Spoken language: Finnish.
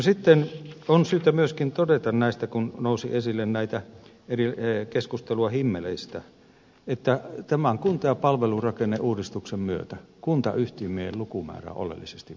sitten on syytä myöskin todeta kun nousi esille keskustelua himmeleistä että tämän kunta ja palvelurakenneuudistuksen myötä kuntayhtymien lukumäärä oleellisesti vähentyy